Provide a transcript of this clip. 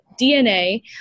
DNA